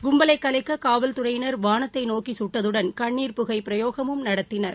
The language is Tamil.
கும்பலை கலைக்க காவல்துறையினா் வானத்தை நோக்கி கட்டதுடன் கண்ணீா் புகை பிரயோகமும் நடத்தினர்